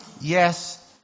Yes